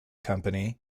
company